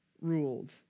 ruled